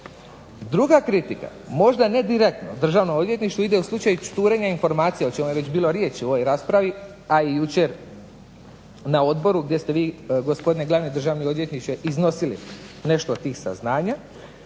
Druga kritika možda ne direktno Državno odvjetništvo ide u slučaju curenja informacija o čemu je bilo riječi u ovoj raspravi, a i jučer na odboru gdje ste vi gospodine glavni državni odvjetniče iznosili nešto od tih saznanja.